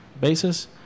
basis